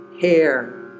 hair